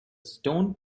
stone